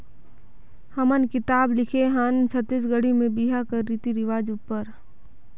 हमन किताब लिखे हन छत्तीसगढ़ी में बिहा कर रीति रिवाज उपर